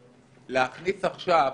אנחנו נכנס את הכלי לאחור,